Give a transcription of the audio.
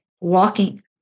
walking